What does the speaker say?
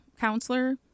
counselor